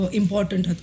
important